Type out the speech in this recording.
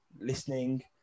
listening